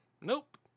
Nope